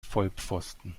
vollpfosten